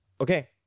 okay